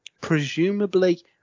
presumably